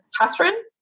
Catherine